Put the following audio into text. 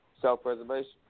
self-preservation